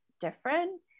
different